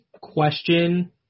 question